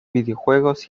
videojuegos